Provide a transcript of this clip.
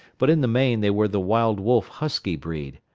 but in the main they were the wild wolf husky breed.